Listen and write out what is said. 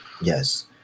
Yes